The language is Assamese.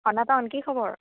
সনাতন কি খবৰ